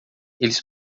eles